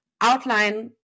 outline